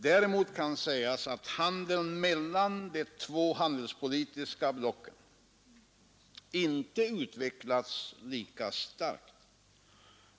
Däremot kan sägas att handeln mellan de två handelspolitiska blocken inte utvecklats lika starkt.